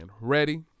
Ready